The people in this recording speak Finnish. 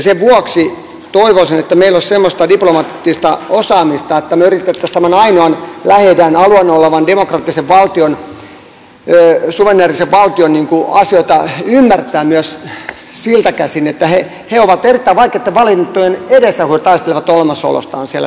sen vuoksi toivoisin että meillä olisi semmoista diplomaattista osaamista että me yrittäisimme tämän ainoan lähi idän alueella olevan demokraattisen valtion suvereenisen valtion asioita ymmärtää myös siitä käsin että he ovat erittäin vaikeiden valintojen edessä kun he taistelevat olemassaolostaan siellä tänä päivänä